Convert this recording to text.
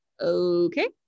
okay